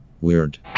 weird